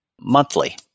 monthly